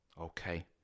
okay